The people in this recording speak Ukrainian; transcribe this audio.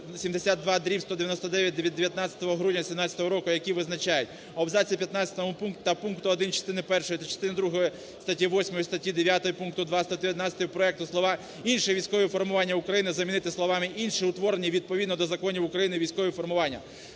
72/199 від 19 грудня 2017 року, які визначають". В абзаці 15 та пункту 1 частини першої та частини другої статті 8, статті 9, пункту 2 статті 11 проекту слова "інші військові формування України" замінити словами "інші, утворені відповідно до законів України, військові формування".